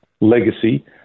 legacy